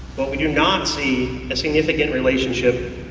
but we do not see a significant relationship